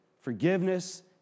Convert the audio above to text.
forgiveness